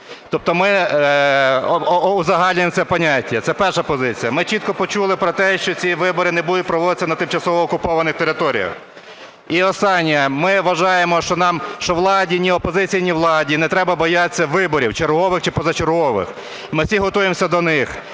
Тобто ми узагальнюємо це поняття. Це перша позиція. Ми чітко почули про те, що ці вибори не будуть проводитися на тимчасово окупованих територіях. І останнє. Ми вважаємо, що ні опозиції, ні владі не треба боятися виборів – чергових чи позачергових. Ми всі готуємося до них.